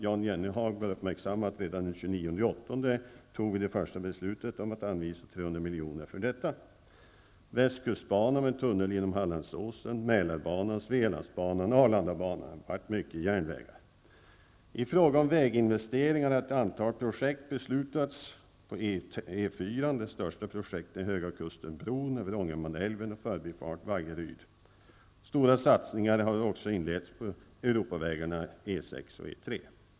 Jan Jennehag bör uppmärksamma att vi redan den 29 I fråga om väginvesteringar har ett antal projekt beslutats som gäller E 4. De projekten gäller Höga kusten-bron över Ångermanälven och förbifart Vaggeryd. Stora satstningar har också inletts på E 6 och E 3.